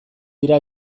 dira